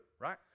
right